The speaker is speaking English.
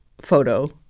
photo